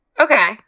Okay